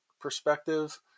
perspective